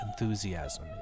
enthusiasm